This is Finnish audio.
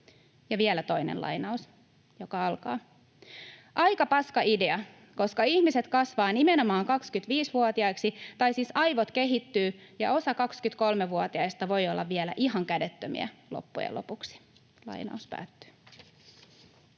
Ja vielä toinen lainaus: ”Aika paska idea, koska ihmiset kasvaa nimenomaan 25-vuotiaiksi, tai siis aivot kehittyy, ja osa 23-vuotiaista voi olla vielä ihan kädettömiä, loppujen lopuksi.” [Speech